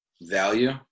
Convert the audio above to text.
Value